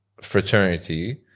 fraternity